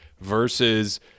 versus